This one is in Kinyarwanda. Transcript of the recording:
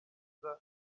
nza